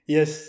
Yes